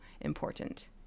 important